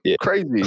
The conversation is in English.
Crazy